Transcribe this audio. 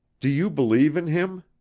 do you believe in him?